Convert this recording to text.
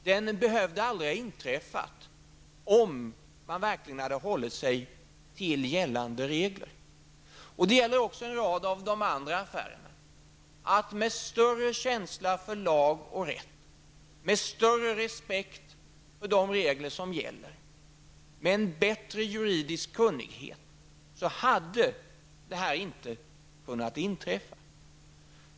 Den hade aldrig behövt inträffa, om man hade hållit sig till gällande regler. Det gäller också en rad andra affärer. Med större känsla för lag och rätt, med större respekt för de regler som gäller och med bättre juridiskt kunnande hade sådant här inte kunnat inträffa.